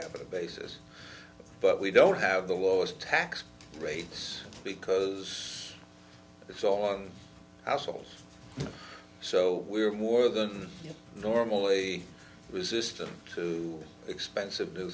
basis but we don't have the lowest tax rates because it's all on households so we are more than normally resistant to expensive